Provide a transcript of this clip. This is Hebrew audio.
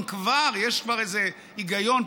אם כבר יש איזה היגיון,